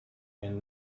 and